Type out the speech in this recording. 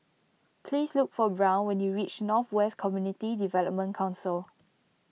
please look for Brown when you reach North West Community Development Council